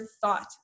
thought